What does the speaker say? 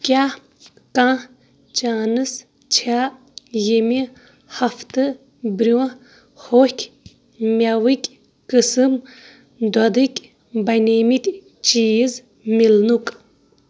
کیٛاہ کانٛہہ چانٕس چھا ییٚمہِ ہفتہٕ برٛونٛہہ ہوٚکھۍ مٮ۪وٕکۍ قٕسٕم دۄدٕکۍ بَنیمٕتۍ چیٖز مِلنُک